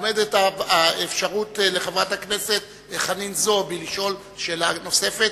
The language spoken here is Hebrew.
עומדת האפשרות לחברת הכנסת חנין זועבי לשאול שאלה נוספת.